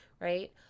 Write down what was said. right